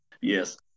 Yes